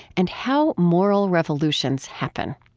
and how moral revolutions happen.